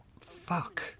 Fuck